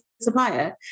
supplier